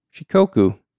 Shikoku